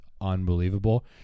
unbelievable